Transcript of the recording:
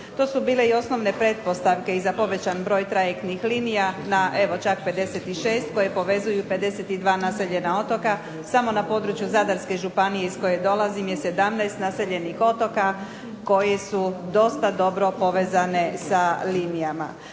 To su bile osnovne pretpostavke za povećan broj trajektnih linija na čak 56 koje povezuju 52 naseljena otoka. Samo na području Zadarske županije iz koje dolazim je 17 naseljenih otoka koji su dosta dobro povezani sa linijama.